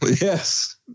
Yes